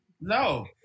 No